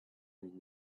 lying